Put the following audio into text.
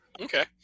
Okay